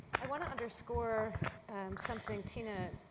i want to underscore something tina,